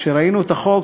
כשראינו את החוק,